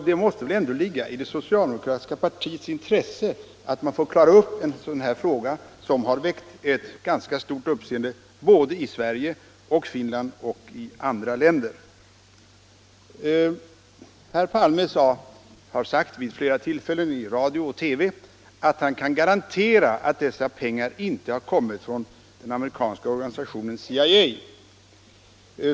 Det måste väl ändå ligga i det socialdemokratiska partiets intresse att få klara upp en sådan här fråga, som har väckt ganska stort uppseende i Sverige, i Finland och i andra länder. Herr Palme har sagt vid flera tillfällen i radio och TV att han kan garantera att dessa pengar inte har kommit från den amerikanska organisationen CIA.